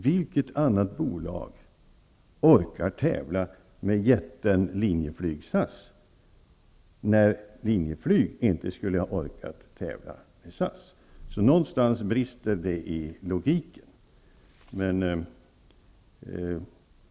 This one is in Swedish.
Vilket annat bolag orkar tävla med jätten Linjeflyg/SAS, när Linjeflyg inte skulle ha orkat tävla med SAS? Någonstans brister det i logiken.